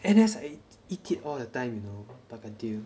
N_S I eat it all the time you know bergedil